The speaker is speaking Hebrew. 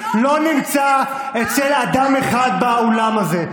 לא נמצא אצל אדם אחד באולם הזה,